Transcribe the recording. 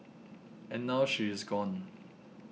and now she is gone